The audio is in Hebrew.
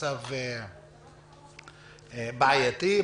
מצב בעייתי,